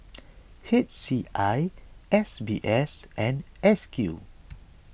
H C I S B S and S Q